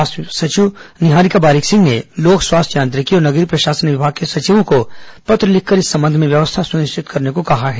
स्वास्थ्य सचिव निहारिका बारिक सिंह ने लोक स्वास्थ्य यांत्रिकी और नगरीय प्रशासन विभाग के सचिवों को पत्र लिखकर इस संबंध में व्यवस्था सनिश्चित करने को कहा है